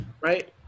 right